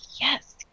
yes